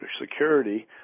security